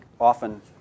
often